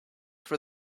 for